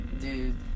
dude